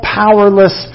powerless